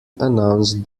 announced